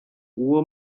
uwo